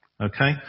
Okay